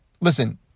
listen